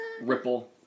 ripple